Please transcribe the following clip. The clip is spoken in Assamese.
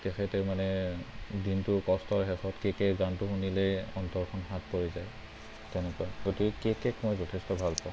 তেখেতে মানে দিনটোৰ কষ্টৰ শেষত কে কেৰ গানটো শুনিলে অন্তৰখন শাত পৰি যায় তেনেকুৱা গতিকে কে কেক মই যথেষ্ট ভালপাওঁ